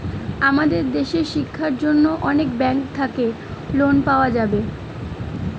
আমাদের দেশের শিক্ষার জন্য অনেক ব্যাঙ্ক থাকে লোন পাওয়া যাবে